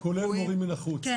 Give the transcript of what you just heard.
כולל מורים מן החוץ.